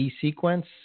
sequence